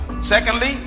Secondly